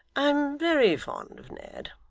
i'm very fond of ned.